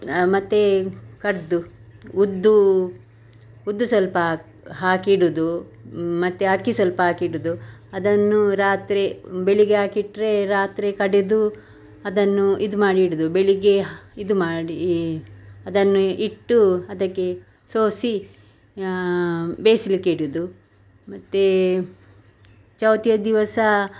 ಮತ್ತು ಕಡಿದು ಉದ್ದೂ ಉದ್ದು ಸ್ವಲ್ಪಾ ಹಾಕಿಡುವುದು ಮತ್ತು ಅಕ್ಕಿ ಸ್ವಲ್ಪ ಹಾಕಿಡುವುದು ಅದನ್ನು ರಾತ್ರಿ ಬೆಳಗ್ಗೆ ಹಾಕಿಟ್ಟರೆ ರಾತ್ರಿ ಕಡೆದು ಅದನ್ನು ಇದು ಮಾಡಿ ಇಡುವುದು ಬೆಳಗ್ಗೆ ಇದು ಮಾಡೀ ಅದನ್ನು ಇಟ್ಟು ಅದಕ್ಕೆ ಸೋಸಿ ಯಾ ಬೇಯಿಸಲಿಕ್ಕೆ ಇಡುವುದು ಮತ್ತು ಚೌತಿಯ ದಿವಸ